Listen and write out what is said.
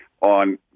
on